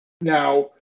Now